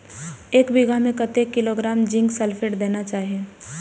एक बिघा में कतेक किलोग्राम जिंक सल्फेट देना चाही?